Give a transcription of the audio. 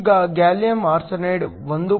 ಈಗ gallium arsenide 1